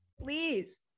please